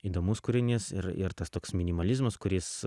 įdomus kūrinys ir ir tas toks minimalizmas kuris